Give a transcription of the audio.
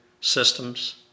systems